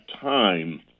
time